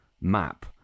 map